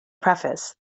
preface